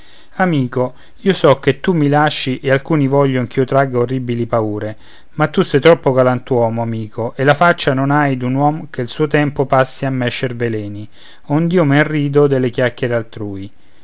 amico io so che tu mi lasci e alcuni voglion ch'io tragga orribili paure ma tu sei troppo galantuomo amico e la faccia non hai d'uom che il suo tempo passi a mescer veleni ond'io men rido delle chiacchiere altrui